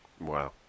Wow